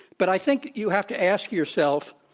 but i think you have to ask yourself,